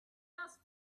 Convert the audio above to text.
just